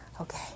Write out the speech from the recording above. Okay